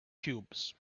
cubes